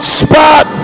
spot